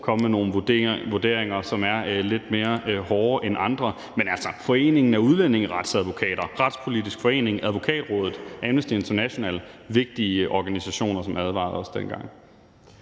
komme med nogle vurderinger, som er lidt hårdere end andre. Men Foreningen af Udlændingeretsadvokater, Retspolitisk Forening, Advokatrådet og Amnesty International – altså vigtige organisationer – advarede os dengang.